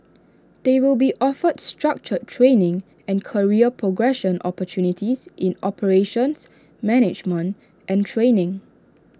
they will be offered structured training and career progression opportunities in operations management and training